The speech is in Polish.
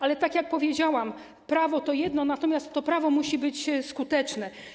Ale tak jak powiedziałam, prawo to jedno, natomiast to prawo musi być skuteczne.